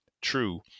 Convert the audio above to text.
true